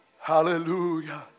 Hallelujah